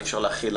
אי אפשר להחיל,